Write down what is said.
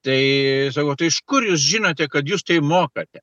tai žavu tai iš kur jūs žinote kad jūs tai mokate